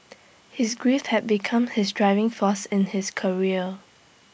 his grief had become his driving force in his career